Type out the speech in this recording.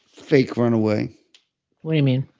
fake run away what do you mean?